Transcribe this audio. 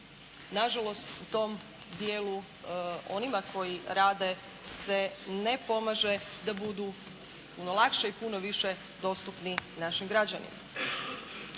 Nažalost u tom dijelu onima koji rade se ne pomaže da budu lakše i puno više dostupni našim građanima.